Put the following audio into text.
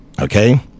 Okay